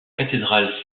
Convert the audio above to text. cathédrale